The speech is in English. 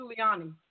Giuliani